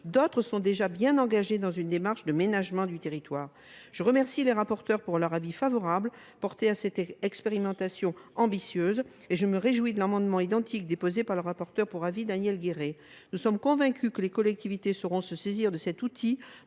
d’autres sont déjà bien engagés dans une démarche de ménagement du territoire. Je remercie les rapporteurs de l’avis favorable qu’ils ont bien voulu donner à cette expérimentation ambitieuse et je me réjouis de l’amendement identique déposé par le rapporteur pour avis Daniel Gueret. Nous sommes convaincus que les collectivités sauront se saisir de cet outil